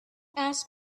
ask